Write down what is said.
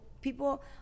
People